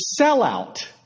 sellout